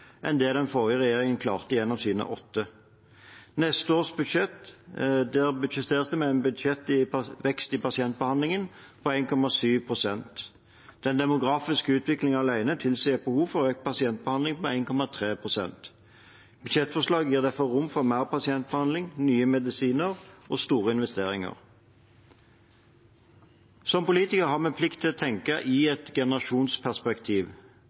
enn det den forrige regjeringen klarte gjennom sine åtte budsjetter. Neste år budsjetteres det med en vekst i pasientbehandlingen på 1,7 pst. Den demografiske utviklingen alene tilsier et behov for økt pasientbehandling på 1,3 pst. Budsjettforslaget gir derfor rom for mer pasientbehandling, nye medisiner og store investeringer. Som politikere har vi plikt til å tenke i et generasjonsperspektiv.